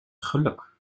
geluk